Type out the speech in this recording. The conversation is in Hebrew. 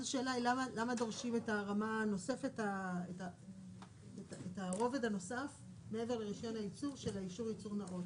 למה דורשים את הרובד הנוסף מעבר לרישיון הייצור של האישור ייצור נאות?